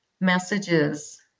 messages